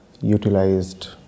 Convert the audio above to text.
utilized